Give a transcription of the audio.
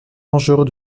dangereux